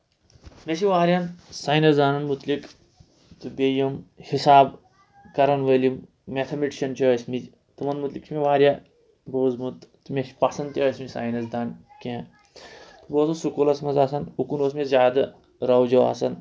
مےٚ چھِ واریاہَن ساینَس دانَن مُتعلِق تہٕ بیٚیہِ یِم حِساب کَرَن وٲلۍ یِم میتھَمیٹِشَن چھِ ٲسۍمٕتۍ تٕمَن مُتعلِق چھِ مےٚ واریاہ بوٗزمُت تہٕ مےٚ چھِ پَسنٛد تہِ ٲسۍمٕتۍ ساینَس دان کینٛہہ تہٕ بہٕ اوسُس سکوٗلَس منٛز آسان اُکُن اوس مےٚ زیادٕ رَوجو آسان